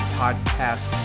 podcast